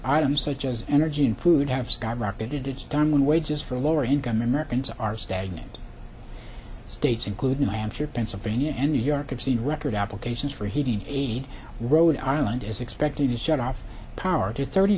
items such as energy and food have skyrocketed it's done wages for lower income americans are stagnant states including new hampshire pennsylvania and new york as the record applications for heating aid rhode island is expected to shut off power to thirty